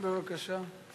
בבקשה.